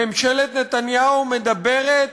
ממשלת נתניהו מדברת